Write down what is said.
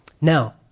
Now